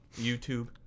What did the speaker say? YouTube